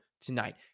tonight